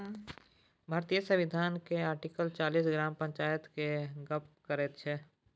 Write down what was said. भारतीय संविधान केर आर्टिकल चालीस ग्राम पंचायत केर गप्प करैत छै